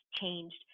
changed